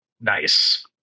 Nice